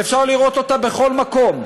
שאפשר לראות אותה בכל מקום,